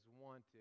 wanted